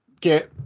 Get